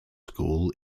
school